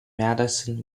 madison